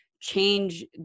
Change